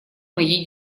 моей